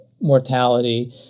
mortality